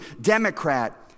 Democrat